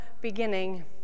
beginning